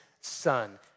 son